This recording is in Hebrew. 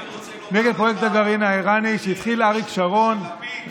רם בן ברק,